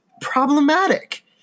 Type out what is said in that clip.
problematic